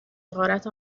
حقارت